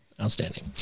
outstanding